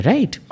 Right